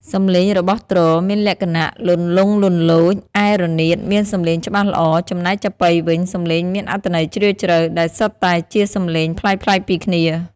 សំឡេងរបស់ទ្រមានលក្ខណៈលន្លង់លន្លោច ឯរនាតមានសំឡេងច្បាស់ល្អ ចំណែកចាប៉ីវិញ សំឡេងមានអត្ថន័យជ្រាលជ្រៅ ដែលសុទ្ធតែជាសំឡេងប្លែកៗពីគ្នា។